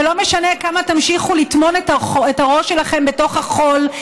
ולא משנה כמה תמשיכו לטמון את הראש שלכם בתוך החול,